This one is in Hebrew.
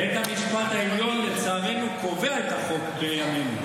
בית המשפט העליון, לצערנו, קובע את החוק בימינו.